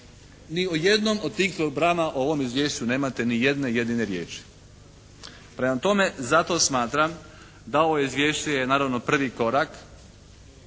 Ni u jednom od tih programa u ovom izvješću nemate ni jedne jedine riječi. Prema tome, zato smatram da ovo izvješće je naravno prvi korak.